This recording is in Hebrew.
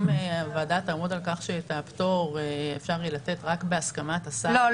אם הוועדה תעמוד על כך שאת הפטור אפשר יהיה לתת רק בהסכמת השר --- לא.